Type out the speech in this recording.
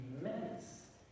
immense